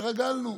התרגלנו.